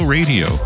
Radio